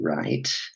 right